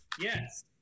yes